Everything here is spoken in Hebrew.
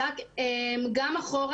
גם אחורה.